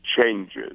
changes